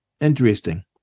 Interesting